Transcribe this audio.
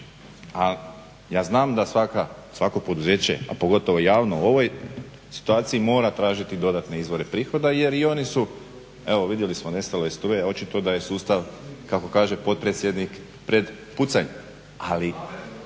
a ja znam da svaka, svako poduzeće a pogotovo javno u ovoj situaciji mora tražiti dodatne izvore prihoda jer i oni su evo vidjeli smo nestalo je struje očito da je sustav kako kaže potpredsjednik pred pucanj. Ali